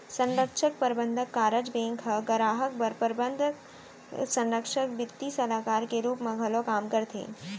संरक्छक, परबंधक, कारज बेंक ह गराहक बर प्रबंधक, संरक्छक, बित्तीय सलाहकार के रूप म घलौ काम करथे